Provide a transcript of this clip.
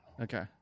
okay